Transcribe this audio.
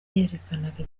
yerekanaga